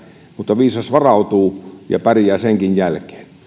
mutta viisas varautuu ja pärjää senkin jälkeen